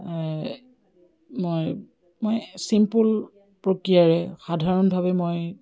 মই মই চিম্পুল প্ৰক্ৰিয়াৰে সাধাৰণভাৱে মই